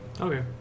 Okay